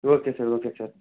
okay sir okay sir